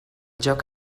joc